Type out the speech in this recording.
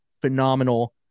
phenomenal